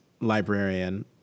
Librarian